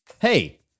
Hey